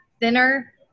thinner